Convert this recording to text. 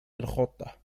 الخطة